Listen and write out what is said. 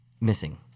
missing